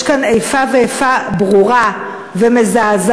יש כאן איפה ואיפה ברורה ומזעזעת.